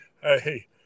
hey